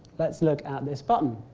let's look at this button,